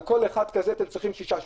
על כל אחד כזה אתם צריכים שישה שוטרים.